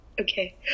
Okay